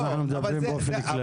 אנחנו מדברים באופן כללי.